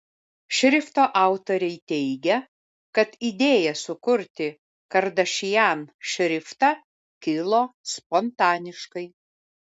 šrifto autoriai teigia kad idėja sukurti kardashian šriftą kilo spontaniškai